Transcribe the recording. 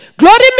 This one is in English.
Glory